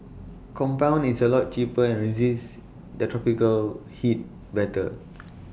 compound is A lot cheaper and resists the tropical heat better